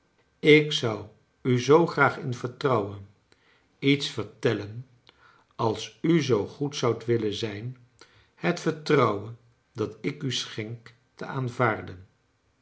ik zou u zoo graag in vertrouwen iets vertellen als u zoo goed zoudt willen zijn het vertrouwen dat ik u schenk te aanvaarden